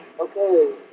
okay